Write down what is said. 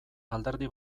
alderdi